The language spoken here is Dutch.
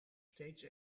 steeds